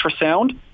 ultrasound